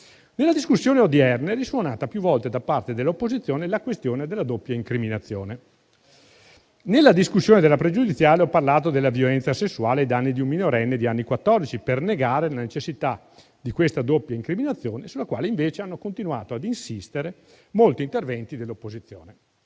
Nella discussione odierna è risuonata più volte da parte dell'opposizione la questione della doppia incriminazione. Nella discussione della pregiudiziale ho parlato della violenza sessuale ai danni di un minorenne di anni quattordici per negare la necessità della doppia incriminazione, sulla quale invece hanno continuato ad insistere molti interventi dell'opposizione.